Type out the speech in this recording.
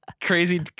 crazy